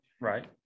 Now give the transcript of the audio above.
Right